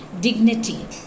dignity